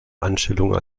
anstellung